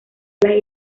las